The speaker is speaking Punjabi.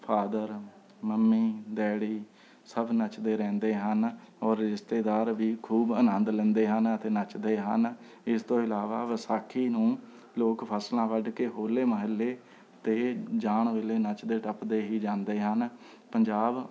ਫਾਦਰ ਮੰਮੀ ਡੈਡੀ ਸਭ ਨੱਚਦੇ ਰਹਿੰਦੇ ਹਨ ਔਰ ਰਿਸ਼ਤੇਦਾਰ ਵੀ ਖੂਬ ਅਨੰਦ ਲੈਂਦੇ ਹਨ ਅਤੇ ਨੱਚਦੇ ਹਨ ਇਸ ਤੋਂ ਇਲਾਵਾ ਵਿਸਾਖੀ ਨੂੰ ਲੋਕ ਫਸਲਾਂ ਵੱਢ ਕੇ ਹੋਲੇ ਮਹੱਲੇ 'ਤੇ ਜਾਣ ਵੇਲੇ ਨੱਚਦੇ ਟੱਪਦੇ ਹੀ ਜਾਂਦੇ ਹਨ ਪੰਜਾਬ